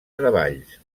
treballs